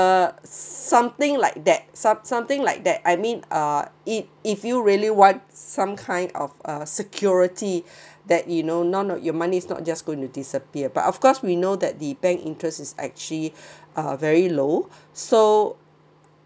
uh something like that some something like that I mean uh it if you really want some kind of uh security that you know none of your money's not just going to disappear but of course we know that the bank interest is actually uh very low so